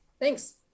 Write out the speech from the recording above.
Thanks